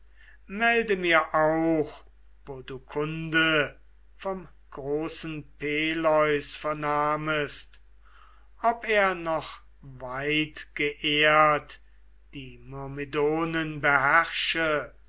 melde mir auch wo du kunde vom großen peleus vernahmest ob er noch weitgeehrt die myrmidonen beherrsche